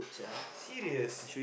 serious